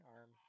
arm